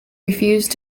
refused